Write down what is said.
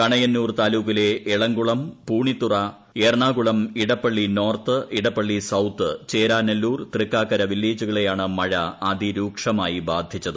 കണയന്നൂർ താലൂക്കിലെ Elamkulam Poonithura Ernakulam Edappally north Edappally south Cheranallur Thrikkakara വില്ലേജുകളെയാണ് മഴ അതിരൂക്ഷമായി ബാധിച്ചത്